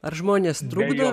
ar žmonės trukdo